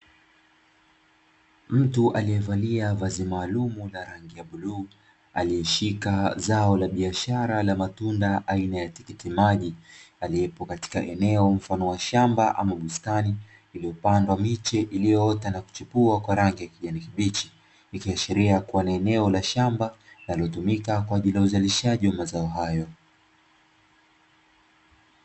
Mtu aliyevalia vazi maalumu la rangi ya bluu aliyeshika zao la biashara la matunda aina ya tikiti maji, aliyepo katika eneo mfano wa shamba ama bustani liliopandwa miche iliyoota na kuchipua kwa rangi ya kijani kibichi, ikiashiria kuwa ni eneo la shamba linalotumika kwa ajili ya uzalishaji wa mazao hayo.